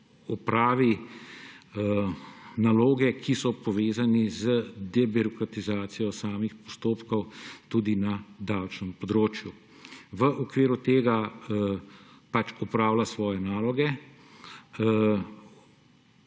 opravi naloge, ki so povezane z debirokratizacijo samih postopkov na davčnem področju. V okviru tega opravlja svoje naloge.